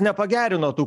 nepagerino tų